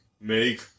Make